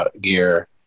gear